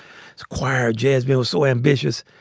squire jasmine was so ambitious.